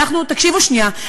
תקשיבו שנייה,